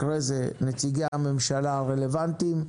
אחרי זה נציגי הממשלה הרלוונטיים,